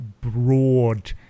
broad